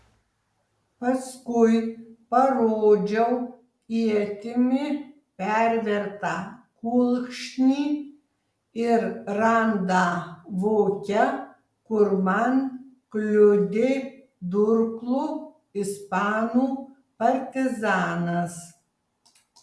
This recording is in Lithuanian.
paskui parodžiau ietimi pervertą kulkšnį ir randą voke kur man kliudė durklu ispanų partizanas